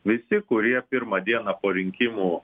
visi kurie pirmą dieną po rinkimų